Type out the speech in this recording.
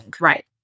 right